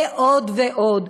ועוד ועוד.